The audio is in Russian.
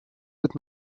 быть